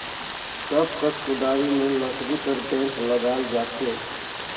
सब कस कुदारी मे लकरी कर बेठ लगाल जाथे